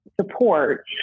support